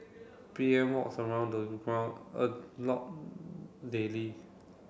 P M walks around ground a lot daily